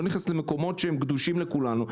לא נכנסת למקומות שקדושים לכולנו,